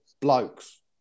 Blokes